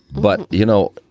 but you know,